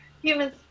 humans